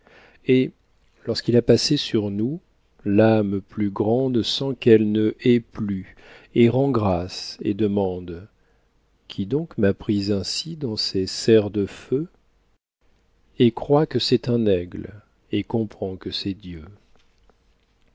et lorsqu'il a passé sur nous l'âme plus grande sent qu'elle ne hait plus et rend grâce et demande qui donc m'a prise ainsi dans ses serres de feu et croit que c'est un aigle et comprend que c'est dieu